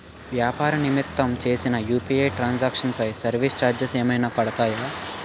వ్యాపార నిమిత్తం చేసిన యు.పి.ఐ ట్రాన్ సాంక్షన్ పై సర్వీస్ చార్జెస్ ఏమైనా పడతాయా?